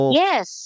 yes